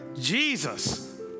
Jesus